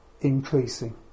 increasing